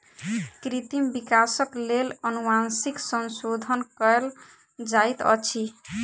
कृत्रिम विकासक लेल अनुवांशिक संशोधन कयल जाइत अछि